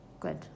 good